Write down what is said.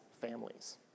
families